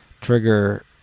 trigger